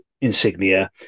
insignia